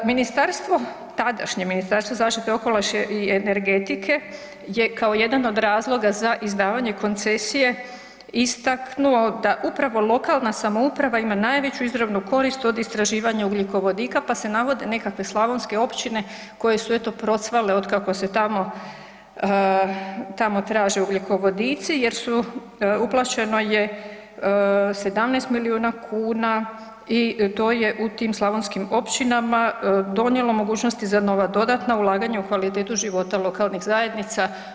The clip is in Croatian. Ministarstvo, tadašnje Ministarstvo zaštite okoliša i energetike je kao jedan od razloga za izdavanje koncesije istaknuo da upravo lokalna samouprava ima najveću izravnu korist od istraživanja ugljikovodika, pa se navode nekakve slavonske općine koje su eto procvale otkako se tamo, tamo traže ugljikovodici jer su, uplaćeno je 17 milijuna kuna i to je u tim slavonskim općinama donjelo mogućnosti za nova dodatna ulaganja u kvalitetu života lokalnih zajednica.